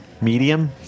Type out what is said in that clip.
Medium